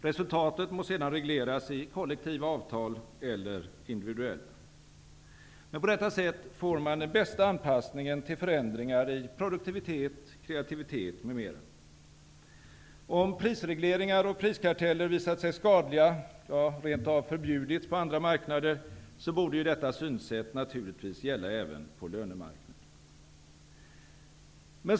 Resultatet må sedan regleras i kollektiva avtal eller i individuella. På detta sätt får man den bästa anpassningen till förändringar i produktivitet, kreativitet m.m. Om prisregleringar och priskarteller visat sig skadliga och rentav förbjudits på andra marknader, borde detta synsätt naturligtvis gälla även på lönemarknaden.